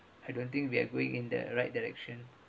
I don't think we are going in the right direction